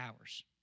hours